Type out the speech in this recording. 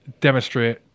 demonstrate